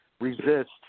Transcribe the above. resist